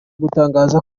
gutangaza